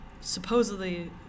supposedly